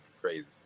crazy